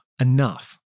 enough